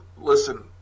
Listen